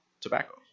tobacco